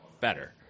better